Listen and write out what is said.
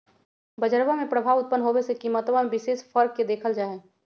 बजरवा में प्रभाव उत्पन्न होवे से कीमतवा में विशेष फर्क के देखल जाहई